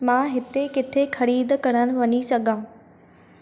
मां हिते किथे ख़रीदु करणु वञी सघां